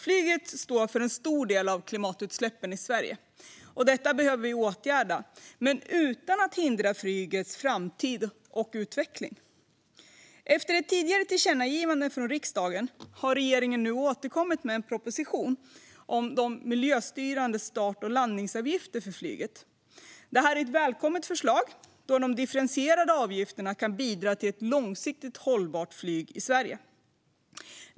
Flyget står för en stor del av klimatutsläppen i Sverige, och detta behöver vi åtgärda - men utan att hindra flygets framtid och utveckling. Efter ett tidigare tillkännagivande från riksdagen har regeringen nu återkommit med en proposition om miljöstyrande start och landningsavgifter för flyget. Det här är ett välkommet förslag, då de differentierade avgifterna kan bidra till ett långsiktigt hållbart flyg i Sverige.